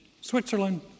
Switzerland